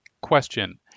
question